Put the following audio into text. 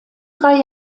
drei